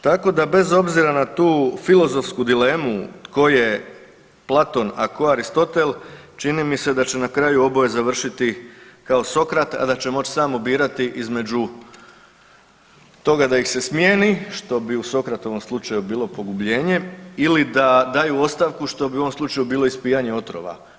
Tako da bez obzira na tu filozofsku dilemu tko je Platon, a tko Aristotel čini mi se da će na kraju oboje završiti kao Sokrat, a da će moći samo birati između toga da ih se smijeni što bi u Sokratovom slučaju bilo pogubljenje ili da daju ostavku što bi u ovom slučaju bilo ispijanje otrova.